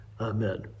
Amen